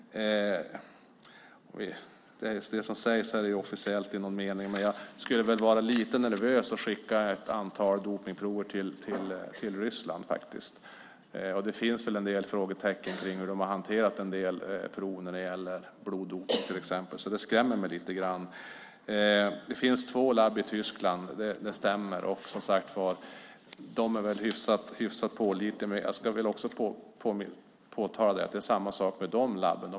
Det som sägs här är i någon mening officiellt, men jag skulle nog vara lite nervös över att skicka ett antal dopningsprov till Ryssland. Det finns väl en del frågetecken kring hur de har hanterat en del prov till exempel när det gäller bloddopning, så det skrämmer mig lite grann. Det stämmer att det finns två labb i Tyskland som, som sagt, är hyfsat pålitliga. Men jag vill också påtala att det är på samma sätt med de labben.